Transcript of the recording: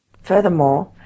Furthermore